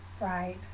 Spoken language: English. right